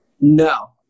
No